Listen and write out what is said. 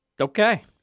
Okay